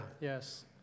yes